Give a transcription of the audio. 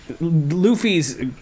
Luffy's